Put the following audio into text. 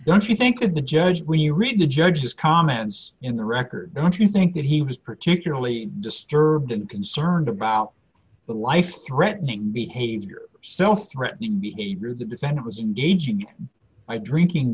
don't you think that the judge when you read the judge's comments in the record don't you think that he was particularly disturbed and concerned about the life threatening behavior so threatening behavior the defendant was in gauging by drinking